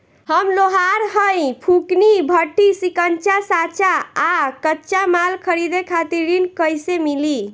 हम लोहार हईं फूंकनी भट्ठी सिंकचा सांचा आ कच्चा माल खरीदे खातिर ऋण कइसे मिली?